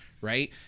right